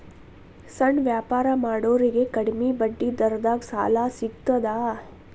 ಸಣ್ಣ ವ್ಯಾಪಾರ ಮಾಡೋರಿಗೆ ಕಡಿಮಿ ಬಡ್ಡಿ ದರದಾಗ್ ಸಾಲಾ ಸಿಗ್ತದಾ?